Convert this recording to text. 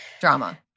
drama